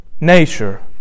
nature